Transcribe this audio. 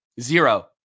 zero